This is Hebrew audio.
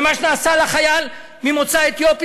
ומה שנעשה לחייל ממוצא אתיופי,